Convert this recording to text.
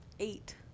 Eight